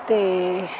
ਅਤੇ